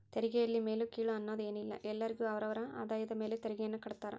ತೆರಿಗೆಯಲ್ಲಿ ಮೇಲು ಕೀಳು ಅನ್ನೋದ್ ಏನಿಲ್ಲ ಎಲ್ಲರಿಗು ಅವರ ಅವರ ಆದಾಯದ ಮೇಲೆ ತೆರಿಗೆಯನ್ನ ಕಡ್ತಾರ